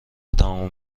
تموم